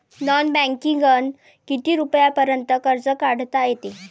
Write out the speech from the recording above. Non बँकिंगनं किती रुपयापर्यंत कर्ज काढता येते?